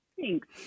Thanks